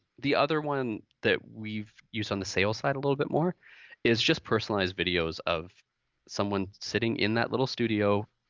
the other one that we've used on the sales side a little bit more is just personalized videos of someone sitting in that little studio,